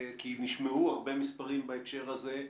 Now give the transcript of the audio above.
כי נשמעו הרבה מספרים בהקשר הזה,